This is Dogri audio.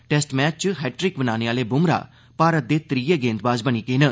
टेस्ट मैच च हैट्रिक बनाने आह्ले बुमराह भारत दे त्रीये गेंदबाज न